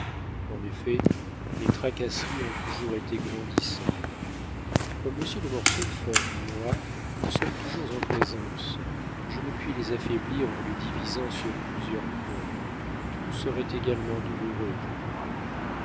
en effet les tracasseries ont toujours été grandissant comme monsieur de mortsauf et moi nous sommes toujours en présence je ne puis les affaiblir en les divisant sur plusieurs points tout serait également douloureux pour moi